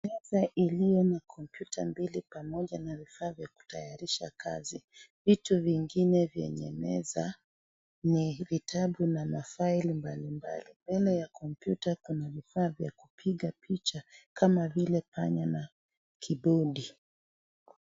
Meza iliyo na kompyuta mbili pamoja na vifaa vya kutayarisha kazi. Vitu vingine kwenye meza ni vitabu na ma file mbalimbali. Mbele ya kompyuta kuna vifaa vya kupiga picha kama vile panya na kibodi.